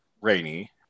rainy